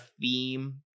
theme